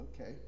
okay